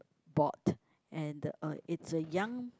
bought and the uh it's a young